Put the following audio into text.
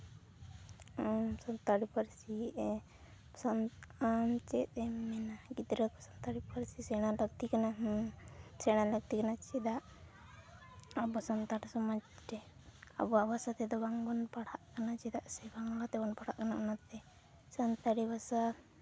ᱥᱟᱱᱛᱟᱲᱤ ᱯᱟᱹᱨᱥᱤ ᱟᱢ ᱪᱮᱫ ᱮᱢ ᱢᱮᱱᱟ ᱜᱤᱫᱽᱨᱟᱹ ᱠᱚ ᱥᱟᱱᱛᱟᱲᱤ ᱯᱟᱹᱨᱥᱤ ᱥᱮᱬᱟ ᱞᱟᱹᱠᱛᱤ ᱠᱟᱱᱟ ᱦᱮᱸ ᱥᱮᱬᱟ ᱞᱟᱹᱠᱛᱤ ᱠᱟᱱᱟ ᱪᱮᱫᱟᱜ ᱟᱵᱚ ᱥᱟᱱᱛᱟᱲ ᱥᱚᱢᱟᱡᱽ ᱨᱮ ᱟᱵᱚ ᱟᱵᱚ ᱥᱟᱛᱮᱜ ᱫᱚ ᱵᱟᱝᱵᱚᱱ ᱯᱟᱲᱦᱟᱜ ᱠᱟᱱᱟ ᱪᱮᱫᱟᱜ ᱥᱮ ᱵᱟᱝᱞᱟ ᱛᱮᱵᱚᱱ ᱯᱟᱲᱦᱟᱜ ᱠᱟᱱᱟ ᱚᱱᱟᱛᱮ ᱥᱟᱱᱛᱟᱲᱤ ᱵᱷᱟᱥᱟ